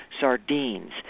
sardines